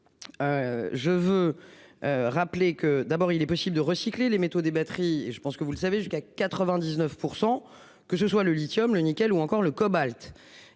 Je veux. Rappeler que d'abord il est possible de recycler les métaux des batteries et je pense que vous le savez, jusqu'à 99%. Que ce soit le lithium, le nickel ou encore le cobalt.